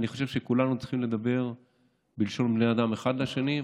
אני חושב שכולנו צריכים לדבר בלשון בני אדם אחד לשני.